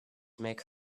make